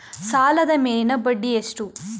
ಸಾಲದ ಮೇಲಿನ ಬಡ್ಡಿ ಎಷ್ಟು?